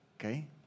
Okay